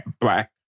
black